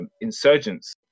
insurgents